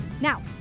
Now